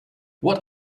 what